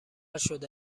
شده